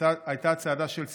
הייתה צעדה של שמחה,